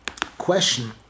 Question